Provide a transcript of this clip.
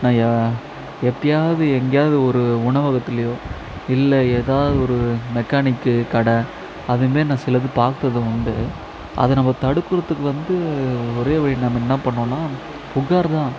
நான் ஏ எப்போயாவது எங்கேயாவது ஒரு உணவகத்துலேயோ இல்லை எதாவது ஒரு மெக்கானிக்கு கடை அதுமாரி நான் சிலது பார்த்தது உண்டு அது நம்ம தடுக்கிறதுக்கு வந்து ஒரே வழி நம்ம என்ன பண்ணுன்னால் புகார் தான்